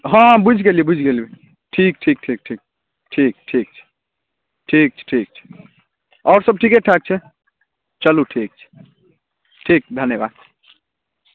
हँ बुझि गेलिए बुझि गेलिए ठीक ठीक ठीक ठीक ठीक ठीक ठीक छै ठीक छै आओरसब ठिकेठाक छै चलू ठीक छै ठीक धन्यवाद